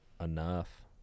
enough